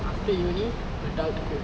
after uni adulthood